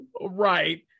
right